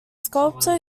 sculptor